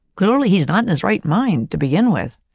clearly, he's not in his right mind to begin with.